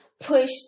push